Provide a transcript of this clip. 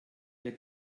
der